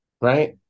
right